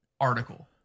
article